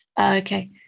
Okay